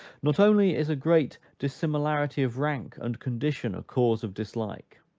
not only is a great dissimilarity of rank and condition a cause of dislike,